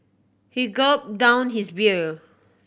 he gulped down his beer